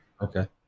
Okay